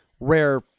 rare